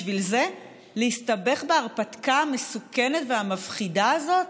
בשביל זה להסתבך בהרפתקה המסוכנת והמפחידה הזאת?